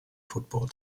football